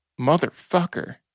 Motherfucker